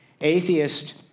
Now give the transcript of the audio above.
atheist